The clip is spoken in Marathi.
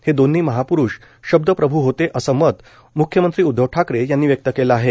हे दोन्ही महाप्रुष शब्दप्रभू होते असं मत म्ख्यमंत्री उद्धव ठाकरे यांनी व्यक्त केलं आहे